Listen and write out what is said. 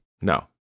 No